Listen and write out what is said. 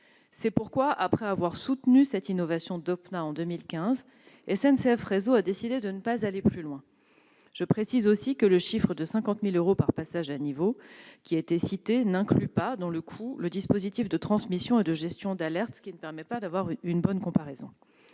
C'est pourquoi, après avoir soutenu cette innovation Dopna en 2015, SNCF Réseau a décidé de ne pas aller plus loin. Je précise aussi que le chiffre de 50 000 euros par passage à niveau qui a été cité n'inclut pas le coût du dispositif de transmission et de gestion d'alerte, ce qui ne permet pas d'établir une bonne comparaison.